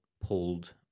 pulled